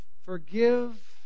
forgive